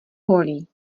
holí